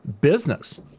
business